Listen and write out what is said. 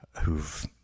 who've